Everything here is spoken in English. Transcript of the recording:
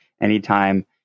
anytime